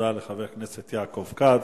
תודה לחבר הכנסת יעקב כץ.